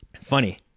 funny